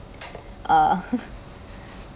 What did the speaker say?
uh